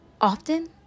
often